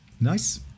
nice